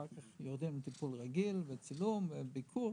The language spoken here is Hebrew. ואחר כך יורדים לטיפול רגיל וצילום וביקור.